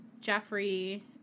Jeffrey